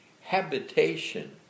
habitation